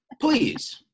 please